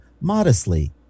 modestly